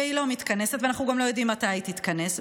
היא לא מתכנסת ואנחנו גם לא יודעים מתי היא תתכנס,